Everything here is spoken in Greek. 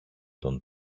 τον